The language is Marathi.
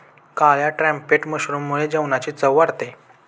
काळ्या ट्रम्पेट मशरूममुळे जेवणाची चव वाढते